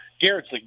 Garrett's